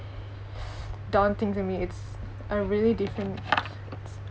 daunting for me it's a really different